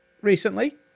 recently